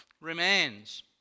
remains